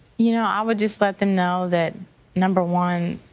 you know, i would just let them know that number one,